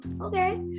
okay